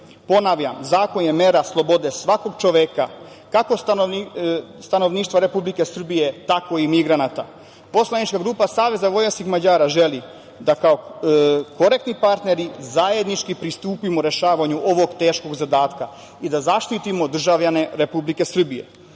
tema. Ponavljam, zakon je mera slobode svakog čoveka kako stanovništva Republike Srbije, tako i migranata. Poslanička grupa Saveza vojvođanskih Mađara želi da kao korektni partneri zajednički pristupimo rešavanju ovog teškog zadatka i da zaštitimo državljane Republike Srbije.